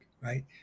right